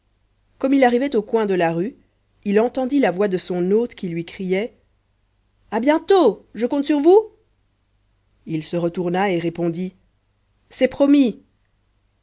comme il arrivait au coin de la rue il entendit la voix de son hôte qui lui criait à bientôt je compte sur vous il se retourna et répondit c'est promis